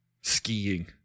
skiing